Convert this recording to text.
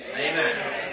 Amen